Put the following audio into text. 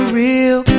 real